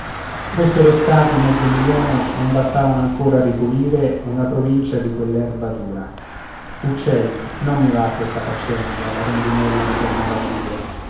fossero stati mezzo milione non bastavano ancora a ripulire una provincia di quell'erba dura uccelli non mi va questa faccenda la rondinella ritornava a dire